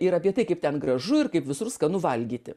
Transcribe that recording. ir apie tai kaip ten gražu ir kaip visur skanu valgyti